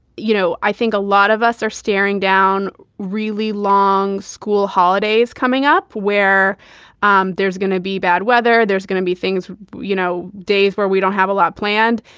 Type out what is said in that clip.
you know, i think a lot of us are staring down really long school holidays coming up where um there's gonna be bad weather. there's gonna be things, you know, days where we don't have a lot planned.